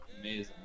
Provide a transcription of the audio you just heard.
amazing